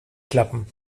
klappen